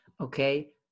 Okay